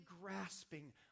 grasping